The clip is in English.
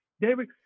David